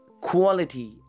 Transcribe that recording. quality